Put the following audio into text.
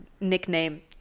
nickname